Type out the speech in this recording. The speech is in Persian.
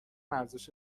ارزش